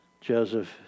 Joseph